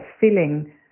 feeling